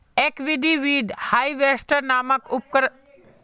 aquatic weed harvester नामक उपकरण पानीर ज़रियार बचाओर तने इस्तेमाल करना ज़रूरी छे